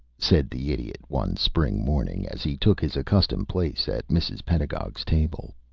said the idiot one spring morning, as he took his accustomed place at mrs. pedagog's table.